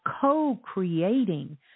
co-creating